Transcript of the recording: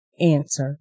answer